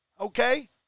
Okay